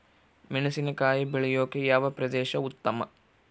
ಮೆಣಸಿನಕಾಯಿ ಬೆಳೆಯೊಕೆ ಯಾವ ಪ್ರದೇಶ ಉತ್ತಮ?